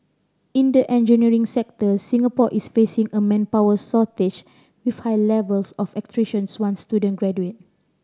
in the engineering sector Singapore is facing a manpower shortage with high levels of once student graduate